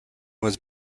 was